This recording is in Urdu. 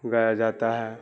گایا جاتا ہے